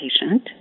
patient